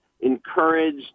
encouraged